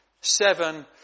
Seven